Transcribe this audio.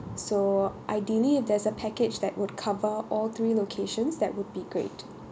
so ideally if there's a package that would cover all three locations that would be great